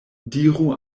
diru